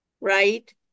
Right